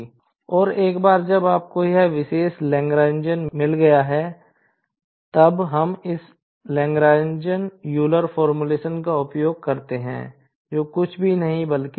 और एक बार जब आपको यह विशेष Lagrangian मिल गया है तब हम इस Lagrange यूलर फॉर्मूलेशन का उपयोग करते हैं जो कि कुछ भी नहीं है बल्कि